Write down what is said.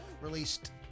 released